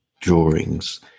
drawings